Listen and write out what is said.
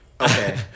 Okay